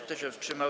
Kto się wstrzymał?